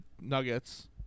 nuggets